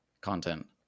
content